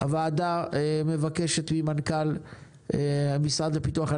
הוועדה מבקשת ממנכ"ל המשרד לפיתוח הפריפריה,